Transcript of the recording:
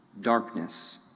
darkness